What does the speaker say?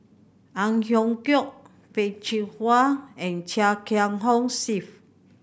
Ang Hiong Chiok Peh Chin Hua and Chia Kiah Hong Steve